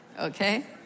Okay